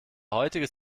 heutiges